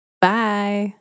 Bye